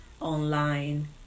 online